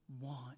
want